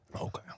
Okay